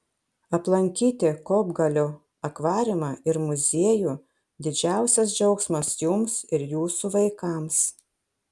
aplankyti kopgalio akvariumą ir muziejų didžiausias džiaugsmas jums ir jūsų vaikams